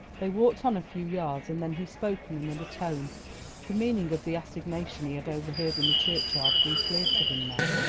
they walked on a few yards and then he spoke in another tone the meaning of the assignation he had overheard in the churchyard grew clear to him now.